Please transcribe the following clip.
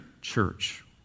church